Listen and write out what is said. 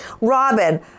Robin